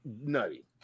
nutty